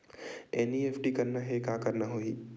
NEFT करना हे का करना होही?